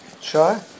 Sure